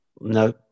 No